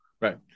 right